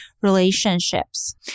relationships